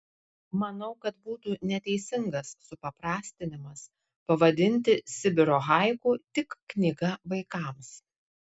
manau kad būtų neteisingas supaprastinimas pavadinti sibiro haiku tik knyga vaikams